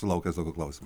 sulaukęs tokio klausimo